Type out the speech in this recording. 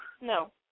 No